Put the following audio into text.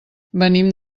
venim